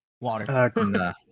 water